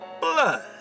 blood